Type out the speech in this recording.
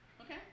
Okay